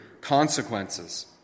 consequences